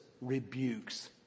rebukes